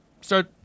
start